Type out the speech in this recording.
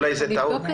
אולי זו טעות.